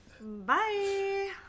Bye